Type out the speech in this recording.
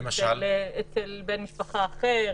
למשל אצל בן משפחה אחר,